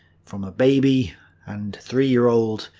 from a baby and three year old,